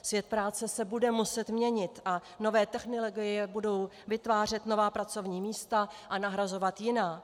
Svět práce se bude muset měnit a nové technologie budou vytvářet nová pracovní místa a nahrazovat jiná.